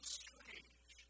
strange